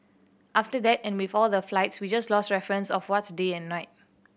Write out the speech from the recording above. after that and with all the flights we just lost reference of what's day and night